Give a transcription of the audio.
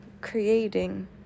Creating